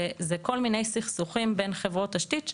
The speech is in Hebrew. כל מיני סכסוכים בין חברות תשתית.